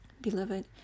Beloved